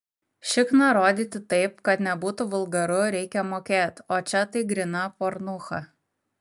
šikną rodyti taip kad nebūtų vulgaru reikia mokėt o čia tai gryna pornucha